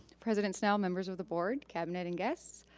president snell, members of the board, cabinet and guests.